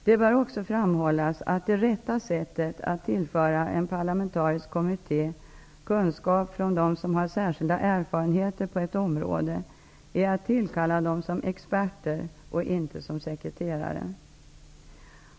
Det bör också framhållas att det rätta sättet att tillföra en parlamentarisk kommitté kunskap från dem som har särskilda erfarenheter på ett område är att tillkalla dem som experter och inte att förordna dem som sekreterare.